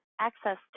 access